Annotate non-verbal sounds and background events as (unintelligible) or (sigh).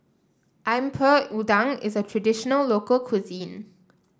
(unintelligible) udang is a traditional local cuisine